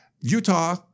utah